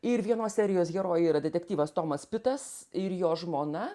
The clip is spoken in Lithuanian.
ir vienos serijos herojai yra detektyvas tomas pitas ir jo žmona